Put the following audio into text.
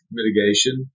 mitigation